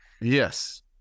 Yes